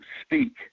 speak